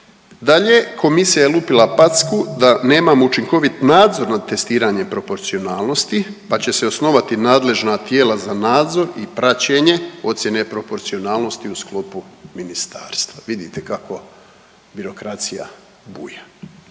Dalje, Komisija je lupila packu da nemamo učinkovit nadzor nad testiranjem proporcionalnosti pa će se osnovati nadležna tijela za nadzor i praćenje ocjene proporcionalnosti u sklopu ministarstva. Vidite kako birokracija buja.